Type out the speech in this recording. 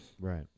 Right